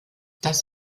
das